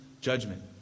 judgment